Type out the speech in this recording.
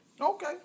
Okay